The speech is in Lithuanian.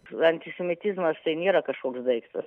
antisemitizmas tai nėra kažkoks daiktas